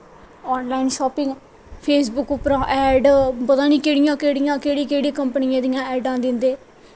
on line shopping Facebook परा दा ad पता निं केह्ड़ियां केह्ड़ियां केह्ड़ी केह्ड़ी कंपनियें दियां ऐडां दिंदे